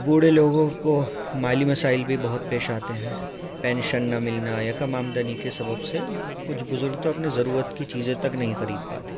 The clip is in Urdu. بوڑھے لوگوں کو مالی مسائل بھی بہت پیش آتے ہیں پینشن نہ ملنا یا کم آمدنی کے سبب سے کچھ بزرگ تو اپنی ضرورت کی چیزیں تک نہیں خرید پاتے